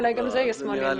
אולי גם זה יהיה שמאל ימין.